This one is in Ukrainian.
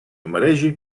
мережі